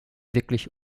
wirklich